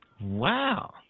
Wow